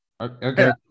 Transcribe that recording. Okay